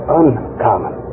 uncommon